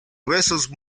gruesos